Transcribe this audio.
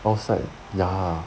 outside ya